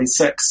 1946